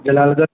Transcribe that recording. جلال گڑھ